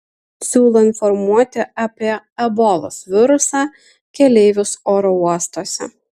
siūlo informuoti apie ebolos virusą keleivius oro uostuose